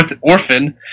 orphan